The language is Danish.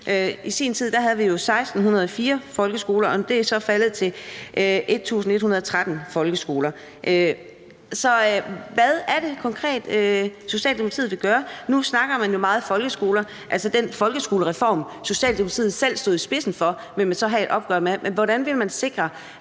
i 2007, havde vi jo 1.604 folkeskoler, og det er så faldet til 1.113 folkeskoler. Så hvad er det konkret, Socialdemokratiet vil gøre? Nu snakker man jo meget om folkeskoler. Altså, den folkeskolereform, Socialdemokratiet selv stod i spidsen for, vil man så have et opgør med, men hvordan vil man sikre,